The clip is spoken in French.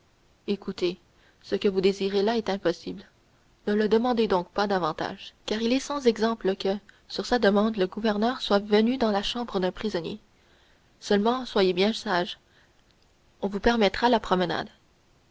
écoutez ce que vous désirez là est impossible ne le demandez donc pas davantage car il est sans exemple que sur sa demande le gouverneur soit venu dans la chambre d'un prisonnier seulement soyez bien sage on vous permettra la promenade